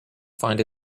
find